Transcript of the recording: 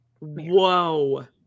Whoa